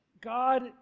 God